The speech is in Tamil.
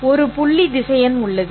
ஒரு புள்ளி திசையன் உள்ளது